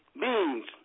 beings